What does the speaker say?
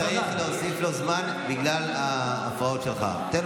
חבר הכנסת פינדרוס, נשאר לו שתי דקות וחצי.